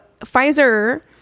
Pfizer